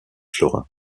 florins